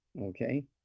Okay